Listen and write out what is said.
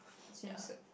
censored